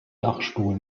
dachstuhl